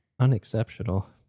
Unexceptional